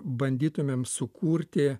bandytumėm sukurti